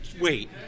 wait